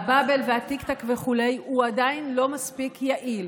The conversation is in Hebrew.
הבאבל והתיק-תק וכו' הוא עדיין לא מספיק יעיל,